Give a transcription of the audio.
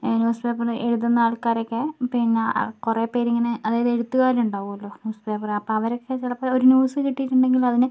news പേപ്പറിൽ എഴുതുന്ന ആൾക്കാരൊക്കെ പിന്ന കുറേ പേര് ഇങ്ങനെ അതായത് എഴുത്തുകാർ ഉണ്ടാവുമല്ലോ ന്യൂസ് പേപ്പർ അപ്പോൾ അവരൊക്കെ ചിലപ്പോൾ ഒരു ന്യൂസ് കിട്ടിയിട്ടുണ്ടെങ്കിൽ അതിനെ